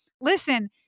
listen